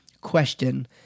question